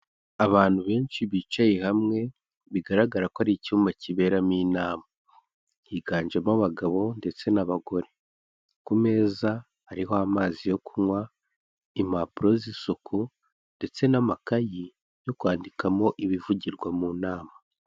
Abantu benshi bicaye hamwe bigaragara ko ari icyumba kiberamo inama, higanjemo abagabo ndetse n'abagore, ku meza hariho amazi yo kunywa, impapuro z'isuku ndetse n'amakayi yo kwandikamo ibivugirwa mu nama.